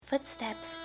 Footsteps